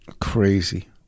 crazy